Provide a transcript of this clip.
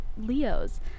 Leo's